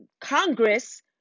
Congress